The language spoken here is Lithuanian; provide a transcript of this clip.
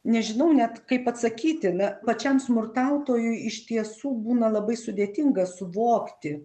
nežinau net kaip atsakyti na pačiam smurtautojui iš tiesų būna labai sudėtinga suvokti